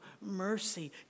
mercy